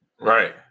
Right